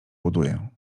buduję